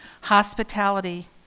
Hospitality